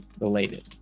related